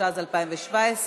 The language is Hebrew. התשע"ז 2017,